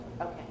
Okay